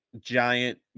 giant